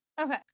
Okay